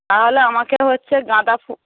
তাহলে আমাকেও হচ্ছে গাঁদা